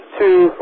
two